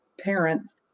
parents